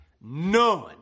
None